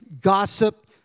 gossip